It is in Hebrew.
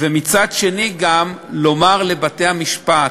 ומצד שני, גם לומר לבתי-המשפט: